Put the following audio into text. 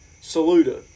Saluda